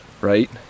right